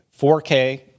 4K